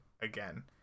again